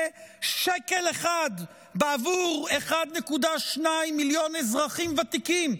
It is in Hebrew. שקל אחד בעבור 1.2 מיליון אזרחים ותיקים?